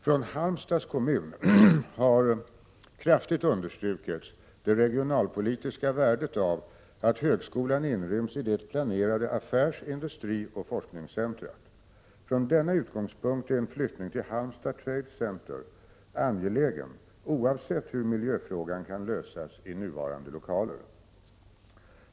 Från Halmstads kommun har kraftigt understrukits det regionalpolitiska värdet av att högskolan inryms i det planerade affärs-, industrioch forskningscentret. Från denna utgångspunkt är en flyttning till Halmstad Trade Center angelägen, oavsett hur miljöfrågan kan lösas i nuvarande lokaler.